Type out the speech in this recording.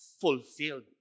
fulfilled